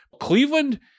Cleveland